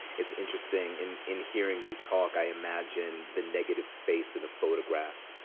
it's interesting in in hearing you talk i imagine the negative space in a photograph,